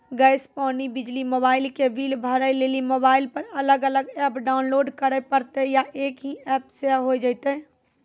Gas, पानी, बिजली, mobile के बिल भरे लेली मोबाइल पर अलग अलग एप्प लोड करे परतै या एक ही एप्प से होय जेतै?